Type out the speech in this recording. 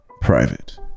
private